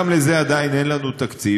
גם לזה עדיין אין לנו תקציב,